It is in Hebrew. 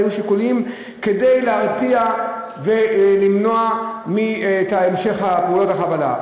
היו שיקולים כדי להרתיע ולמנוע את המשך פעולות החבלה.